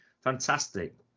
Fantastic